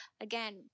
again